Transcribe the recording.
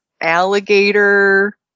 alligator